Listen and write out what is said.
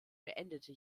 beendete